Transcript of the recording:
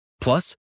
plus